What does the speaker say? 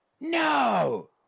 No